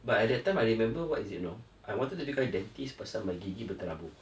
but at that time I remember what is it you know I wanted to become a dentist pasal my gigi berterabuh